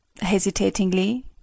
Hesitatingly